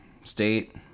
State